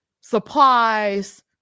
supplies